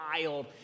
wild